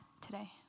today